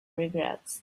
regrets